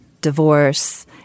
divorce